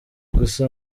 gusa